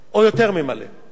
והוא פעל ימים ולילות,